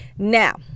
Now